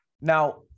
now